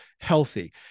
healthy